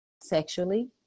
sexually